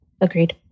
Agreed